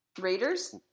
Raiders